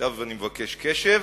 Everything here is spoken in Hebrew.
עכשיו אני מבקש קשב,